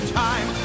time